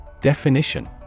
Definition